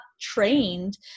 trained